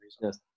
Yes